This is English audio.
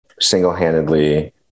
single-handedly